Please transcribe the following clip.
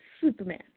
Superman